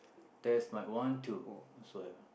test mike one two so have ah